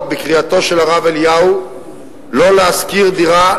בקריאתו של הרב אליהו לא להשכיר דירה,